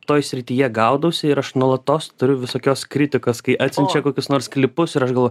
toj srityje gaudosi ir aš nuolatos turiu visokios kritikos kai atsiunčia kokius nors klipus ir aš gal